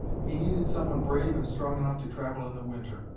he needed someone brave and strong enough to travel in the winter,